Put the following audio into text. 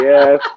Yes